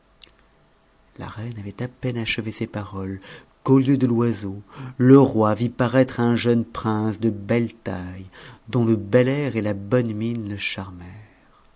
la reine avait à peine achevé ces paroles qu'au lieu de l'oiseau le ro vit parattre un jeune prince de belle taille dont le bel air et la mine le